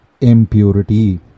impurity